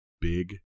big